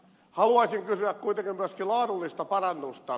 haluaisin kysyä kuitenkin myöskin laadullisesta parannuksesta